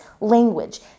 language